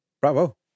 Bravo